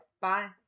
Bye